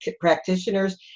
practitioners